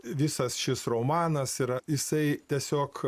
visas šis romanas yra jisai tiesiog